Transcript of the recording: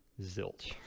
zilch